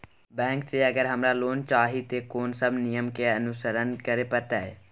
Bank से अगर हमरा लोन चाही ते कोन सब नियम के अनुसरण करे परतै?